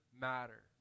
matter